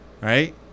right